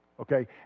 Okay